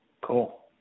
cool